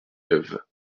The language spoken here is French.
neuve